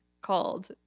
called